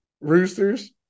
Roosters